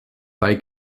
bei